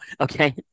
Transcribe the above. Okay